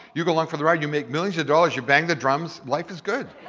you go along for the ride you make millions of dollars, you bang the drums, life is good.